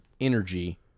energy